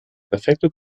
perfekte